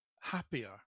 happier